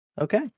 Okay